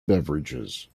beverages